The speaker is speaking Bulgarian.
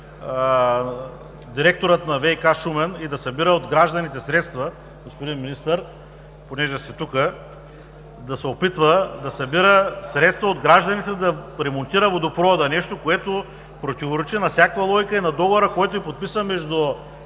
директорът на ВиК – Шумен и да събира от гражданите средства, господин Министър, понеже сте тук, да се опитва да събира средства от гражданите да ремонтира водопровода, нещо, което противоречи на всякаква логика и на договора, който е подписан между